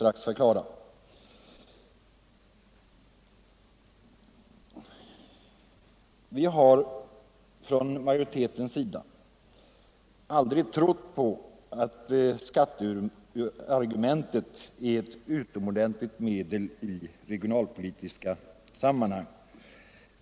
Vi har från majoritetens sida aldrig trott på att skatteargumentet skulle vara ett utomordentligt medel i regionalpolitiska sammanhang.